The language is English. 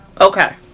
Okay